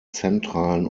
zentralen